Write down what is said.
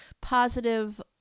positive